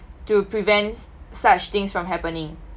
to prevent s~ such things from happening